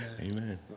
Amen